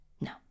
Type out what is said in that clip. No